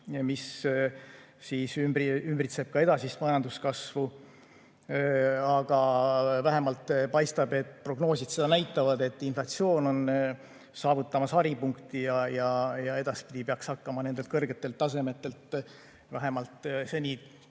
mis ümbritseb ka edasist majanduskasvu. Aga vähemalt paistab, prognoosid seda näitavad, et inflatsioon on saavutamas haripunkti ja edaspidi peaks hakkama nendelt kõrgetelt tasemetelt, vähemalt praegu